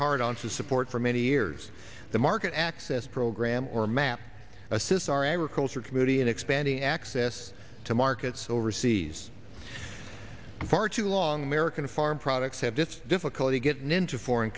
hard on to support for many years the market access program or map assist our agriculture committee and expanding access to markets overseas far too long american farm products have this difficulty getting into foreign